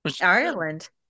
Ireland